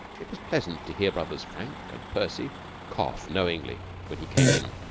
it was pleasant to hear brothers frank and percy cough knowingly when he came in.